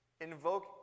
invoke